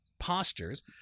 Postures